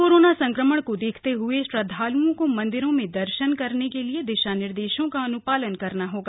corona संक्रमण को देखते हए श्रद्वाल्ओं को मन्दिरों में दर्शन करने के लिए दिशा निर्देशों का का पालन करना होगा